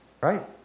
right